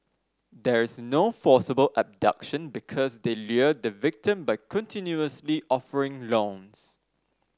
there's no forcible abduction because they lure the victim by continuously offering loans